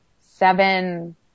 seven